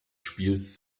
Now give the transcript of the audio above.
spiels